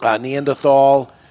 Neanderthal